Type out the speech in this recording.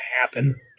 Happen